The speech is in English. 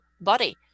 body